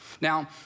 Now